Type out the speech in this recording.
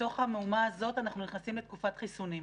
בתוך המהומה הזאת אנחנו נכנסים לתקופת חיסונים.